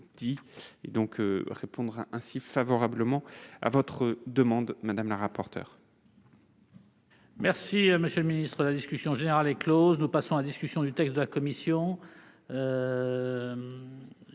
dit, et donc répondra ainsi favorablement à votre demande madame la rapporteure. Merci, monsieur le Ministre, la discussion générale est Close, nous passons à discussion du texte de la commission,